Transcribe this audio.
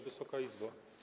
Wysoka Izbo!